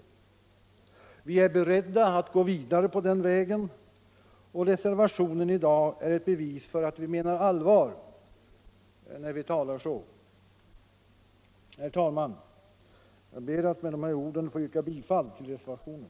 Vi är beredda att gå vidare på den vägen. Reservationen i dag är ett bevis för att vi menar allvar. Herr talman! Jag ber med dessa ord att få yrka bifall till reservationen.